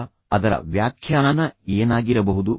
ಈಗ ಅದರ ವ್ಯಾಖ್ಯಾನ ಏನಾಗಿರಬಹುದು